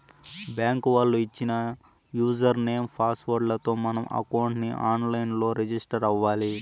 bank వాళ్ళు ఇచ్చిన user name, password లతో మనం అకౌంట్ ని ఆన్ లైన్ లో రిజిస్టర్ అవ్వాలి